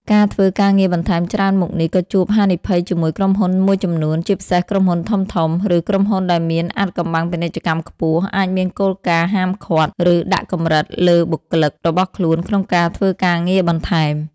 ការធ្វើការងារបន្ថែមច្រើនមុខនេះក៏ជួបហានិភ័យជាមួយក្រុមហ៊ុនមួយចំនួន ជាពិសេសក្រុមហ៊ុនធំៗ ឬក្រុមហ៊ុនដែលមានអាថ៌កំបាំងពាណិជ្ជកម្មខ្ពស់ អាចមានគោលការណ៍ហាមឃាត់ ឬដាក់កម្រិតលើបុគ្គលិករបស់ខ្លួនក្នុងការធ្វើការងារបន្ថែម។